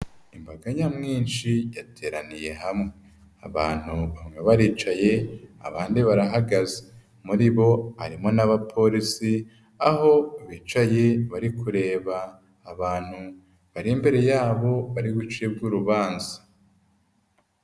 Imbaga nyamwinshi yateraniye hamwe, abantu bamwe baricaye abandi barahagaze, muri bo harimo n'abapolisi aho bicaye bari kureba abantu bari imbere yabo bari bucibwa urubanza.